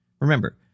Remember